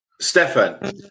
Stefan